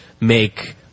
make